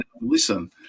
listen